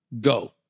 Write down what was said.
go